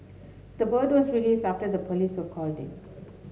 the bird was released after the police were called in